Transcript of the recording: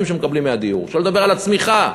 שמקבלים מהדיור ושלא לדבר על הצמיחה.